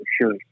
sure